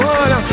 one